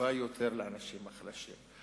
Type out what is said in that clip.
שקשובה יותר לאנשים החלשים,